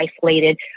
isolated